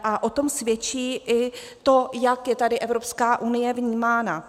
A o tom svědčí i to, jak je tady Evropská unie vnímána.